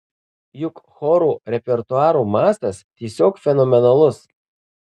juk choro repertuaro mastas tiesiog fenomenalus